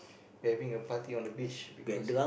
having a party on the beach because